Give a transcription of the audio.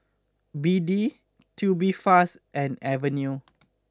B D Tubifast and Avene